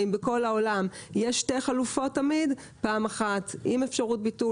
ואם בכל העולם יש שתי חלופות תמיד פעם אחת עם אפשרות ביטול